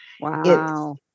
Wow